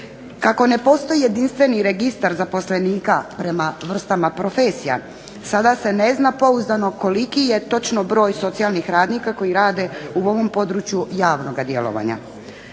Kako ne postoji jedinstveni registar zaposlenika prema vrstama profesija sada se ne zna pouzdano koliki je točno broj socijalnih radnika koji rade u ovom području javnoga djelovanja.